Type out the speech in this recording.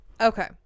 Okay